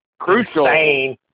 crucial